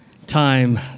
Time